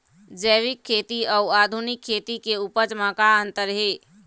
जैविक खेती अउ आधुनिक खेती के उपज म का अंतर हे?